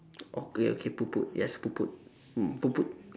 okay okay poot poot yes poot poot mm poot poot